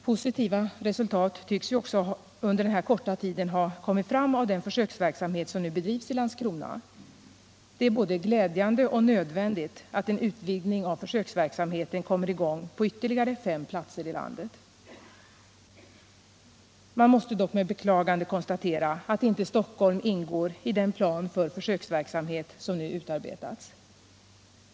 Positiva resultat tycks ju också under den här korta tiden ha kommit fram av den försöksverksamhet som nu bedrivs i Landskrona. Det är både glädjande och nödvändigt att en utvidgning av försöksverksamheten kommer i gång på ytterligare fem platser i landet. Man måste dock med beklagande konstatera att inte Stockholm ingår i den plan för försöksverksamhet som nu utarbetats.